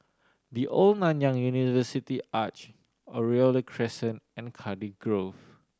The Old Nanyang University Arch Oriole the Crescent and Cardiff Grove